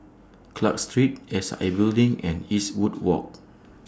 Clarke Street S I Building and Eastwood Walk